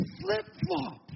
flip-flop